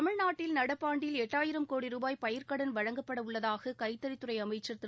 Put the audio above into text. தமிழ்நாட்டில் நடப்பாண்டில் எட்டாயிரம் கோடி ந ரபாய் பயிர்க்கடன் வழங்கப்படவுள்ளதாக கைத்தறித்துறை அமைச்சர் திரு